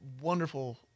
wonderful